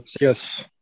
Yes